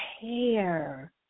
hair